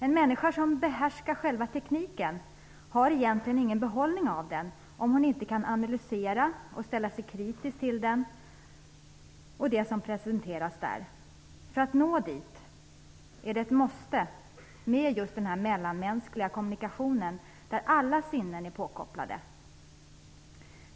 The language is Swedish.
En människa som behärskar själva tekniken har egentligen ingen behållning av den om hon inte kan analysera och ställa sig kritisk till den och det som presenteras genom den. För att nå dit är det ett måste med just den här mellanmänskliga kommunikationen där alla sinnen är påkopplade.